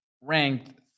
ranked